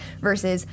versus